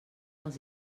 els